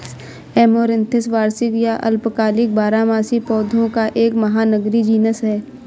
amaranthus वार्षिक या अल्पकालिक बारहमासी पौधों का एक महानगरीय जीनस है